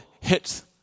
hits